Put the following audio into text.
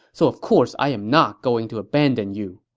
so of course i'm not going to abandon you.